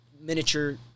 miniature